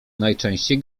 najczęściej